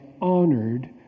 honored